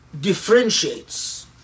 differentiates